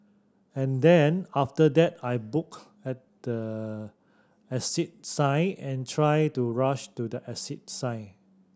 and then after that I booked at the exit sign and tried to rush to the exit sign